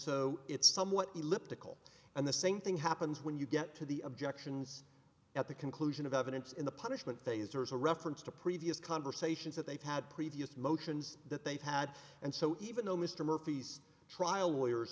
so it's somewhat elliptical and the same thing happens when you get to the objections at the conclusion of evidence in the punishment phase there's a reference to previous conversations that they've had previous motions that they've had and so even though mr murphy's trial lawyers